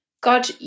God